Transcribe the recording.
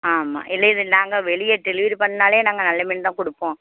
ஆமாம் இல்லை இது நாங்கள் வெளியே டெலிவரி பண்ணிணாலே நாங்கள் நல்ல மீன் தான் கொடுப்போம்